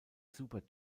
super